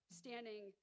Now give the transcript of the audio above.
standing